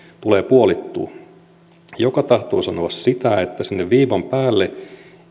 tulevat puolittumaan se tahtoo sanoa sitä että sinne viivan päälle